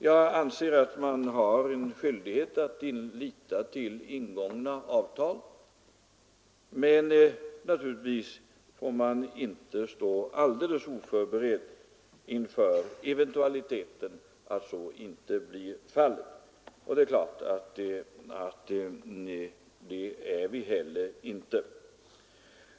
Jag anser att man har skyldighet att lita till ingångna avtal, men naturligtvis får man inte stå alldeles oförberedd inför eventualiteten att avtalen inte följs. Det gör vi inte heller.